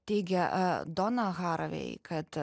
teigia a donna haraway kad